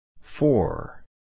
four